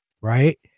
right